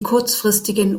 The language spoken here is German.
kurzfristigen